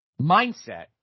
mindset